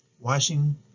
Washing